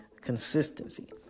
consistency